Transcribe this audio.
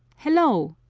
hello!